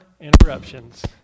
interruptions